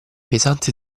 pesante